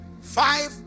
Five